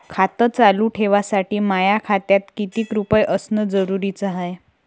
खातं चालू ठेवासाठी माया खात्यात कितीक रुपये असनं जरुरीच हाय?